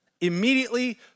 Immediately